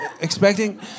expecting